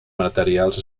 materials